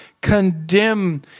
condemn